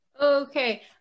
Okay